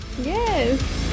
Yes